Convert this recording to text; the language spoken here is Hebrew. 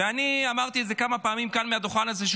ואני אמרתי את זה כמה פעמים כאן על הדוכן הזה,